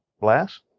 blast